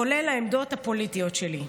כולל העמדות הפוליטיות שלי.